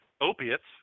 opiates